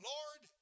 Lord